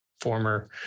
former